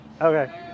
Okay